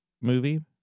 movie